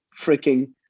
freaking